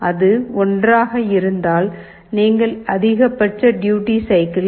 அது 1 ஆக இருந்தால் நீங்கள் அதிகபட்ச டூயுட்டி சைக்கிள் 1